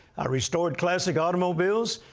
i restored classic automobiles.